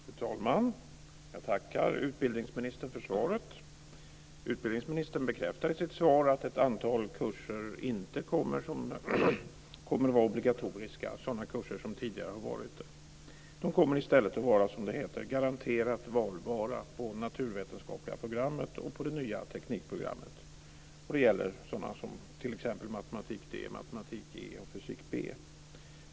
Fru talman! Jag tackar utbildningsministern för svaret. Utbildningsministern bekräftar i sitt svar att ett antal kurser inte kommer att vara obligatoriska, kurser som tidigare har varit det. De kommer i stället att vara, som det heter, garanterat valbara på det naturvetenskapliga programmet och på det nya teknikprogrammet. Det gäller sådana kurser som t.ex. matematik D, matematik E och fysik B.